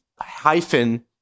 Hyphen